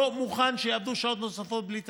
לא מוכן שיעבדו שעות נוספות בלי תשלום.